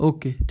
Okay